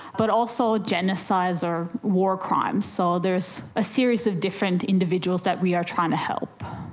but also genocides or war crimes. so there's a series of different individuals that we are trying to help.